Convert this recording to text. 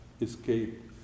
escape